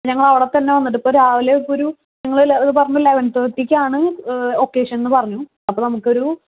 ഞങ്ങൾ അവിടെത്തന്നെ വന്നിട്ട് ഇപ്പോൾ രവിലെ ഇപ്പോൾ ഒരു നിങ്ങള് പറഞ്ഞിട്ട് ഇലവൺ തേർട്ടിക്കാണു ഒക്കേഷൻ എന്ന് പറഞ്ഞു അപ്പോൾ നമുക്കൊരു